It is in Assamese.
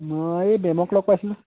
মই এই মে'মক লগ পাইছিলোঁ